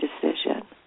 decision